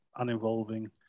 uninvolving